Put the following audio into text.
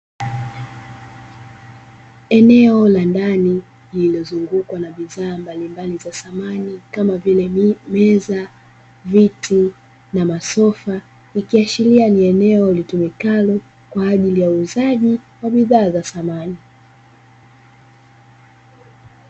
Eneo la ndani lililozungukwa na bidhaa mbalimbali za samani kama vile; meza, viti na masofa, vikiashiria ni eneo litumikalo kwa ajili ya uuzaji wa bidhaa za samani.